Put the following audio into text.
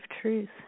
truth